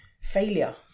failure